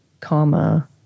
comma